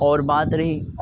اور بات رہی